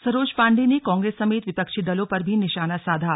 सरोज पांडेय ने कांग्रेस समेत विपक्षी दलों पर भी निशाना साधा